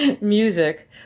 music